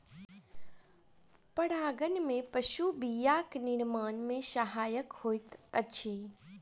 परागन में पशु बीया के निर्माण में सहायक होइत अछि